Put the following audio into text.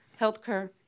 healthcare